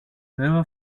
nueva